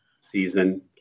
season